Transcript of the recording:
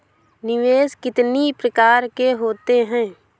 निवेश कितनी प्रकार के होते हैं?